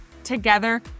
Together